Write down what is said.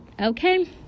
okay